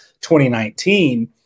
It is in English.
2019